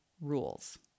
rules